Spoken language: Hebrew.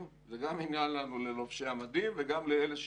וגם עניין לנו לובשי המדים וגם לאלה שבמילואים.